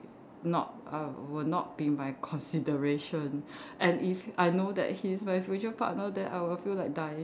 not err would not be in my consideration and if I know that he is my future partner then I will feel like dying